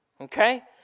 Okay